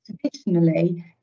traditionally